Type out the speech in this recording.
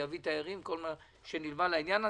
זה יביא תיירים וכל מה שנלווה לכך.